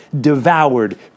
devoured